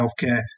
healthcare